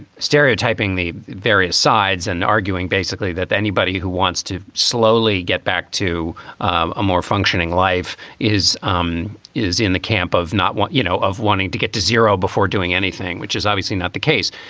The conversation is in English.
stereotyping the various sides and arguing basically that anybody who wants to slowly get back to um a more functioning life is um is in the camp of not what you know, of wanting to get to zero before doing anything, which is obviously not the case.